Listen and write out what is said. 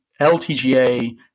LTGA